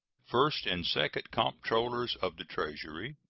first and second comptrollers of the treasury,